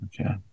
Okay